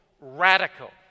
radical